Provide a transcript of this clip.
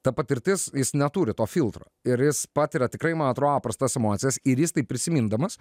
ta patirtis jis neturi to filtro ir jis patiria tikrai man atrodo prastas emocijas ir jis tai prisimindamas